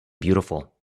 beautiful